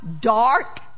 dark